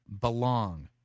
belong